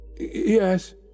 Yes